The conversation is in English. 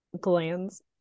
glands